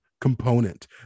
component